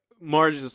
Marge